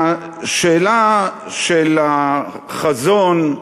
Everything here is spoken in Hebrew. השאלה של החזון,